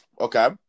Okay